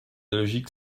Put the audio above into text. logique